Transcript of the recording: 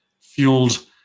fueled